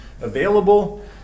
available